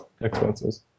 expenses